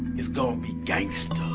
it's gonna to be gangsta.